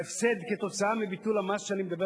ההפסד כתוצאה מביטול המס שאני מדבר